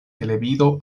televido